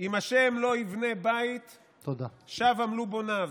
"אם ה' לא יבנה בית שוא עמלו בוניו".